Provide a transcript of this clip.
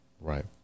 right